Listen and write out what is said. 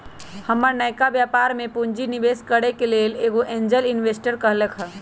हमर नयका व्यापर में पूंजी निवेश करेके लेल एगो एंजेल इंवेस्टर कहलकै ह